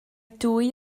dwy